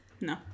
no